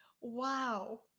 Wow